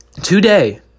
Today